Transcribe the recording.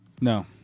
No